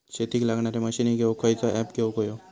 शेतीक लागणारे मशीनी घेवक खयचो ऍप घेवक होयो?